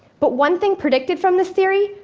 but one thing predicted from this theory,